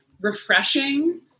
refreshing